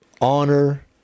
Honor